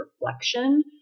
reflection